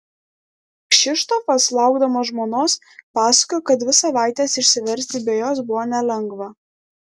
kšištofas laukdamas žmonos pasakojo kad dvi savaites išsiversti be jos buvo nelengva